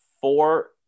Four